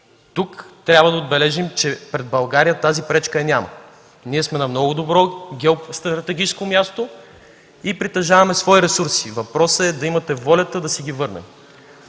Тук трябва да отбележим, че пред България тази пречка я няма. Ние сме на много добро геостратегическо място и притежаваме свои ресурси. Въпросът е да имате волята да си ги върнем.